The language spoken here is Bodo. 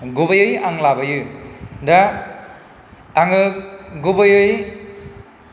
गुबैयै आं लाबोयो दा आङो गुबैयै